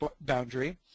boundary